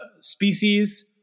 species